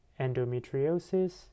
endometriosis